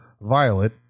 Violet